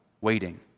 waiting